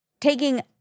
taking